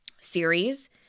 series